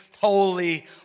holy